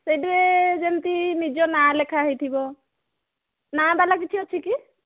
ସେଥିରେ ଯେମିତି ନିଜ ନାଁ ଲେଖାହୋଇଥିବ ନାଁ ବାଲା କିଛି ଅଛି କି